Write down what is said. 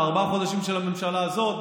בארבעת החודשים של הממשלה הזאת?